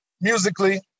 musically